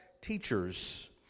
teachers